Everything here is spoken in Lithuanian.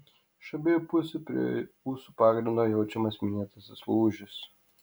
iš abiejų pusių prie ūsų pagrindo jaučiamas minėtasis lūžis